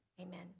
amen